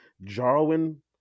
Jarwin